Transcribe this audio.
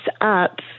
up